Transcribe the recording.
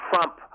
Trump